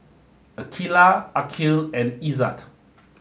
Aqeelah Aqil and Izzat